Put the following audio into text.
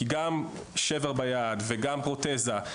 כי גם שבר ביד וגם פרוטזה,